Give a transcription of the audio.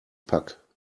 pack